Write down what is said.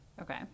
okay